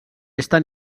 estan